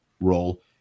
role